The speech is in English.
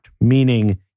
Meaning